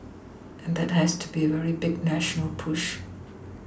and that has to be a very big national push